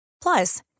Plus